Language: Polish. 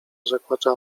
rzekła